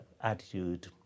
attitude